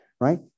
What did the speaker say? right